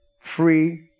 free